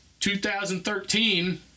2013